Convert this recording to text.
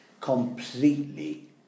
completely